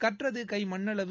கற்றது கை மண்ணளவு